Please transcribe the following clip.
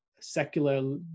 secular